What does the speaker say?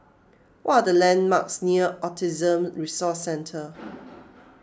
what are the landmarks near Autism Resource Centre